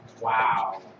Wow